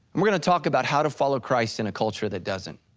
we're gonna talk about how to follow christ in a culture that doesn't.